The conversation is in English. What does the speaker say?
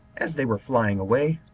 as they were flying away,